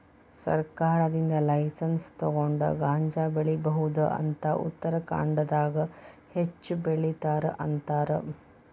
ಸರ್ಕಾರದಿಂದ ಲೈಸನ್ಸ್ ತುಗೊಂಡ ಗಾಂಜಾ ಬೆಳಿಬಹುದ ಅಂತ ಉತ್ತರಖಾಂಡದಾಗ ಹೆಚ್ಚ ಬೆಲಿತಾರ ಅಂತಾರ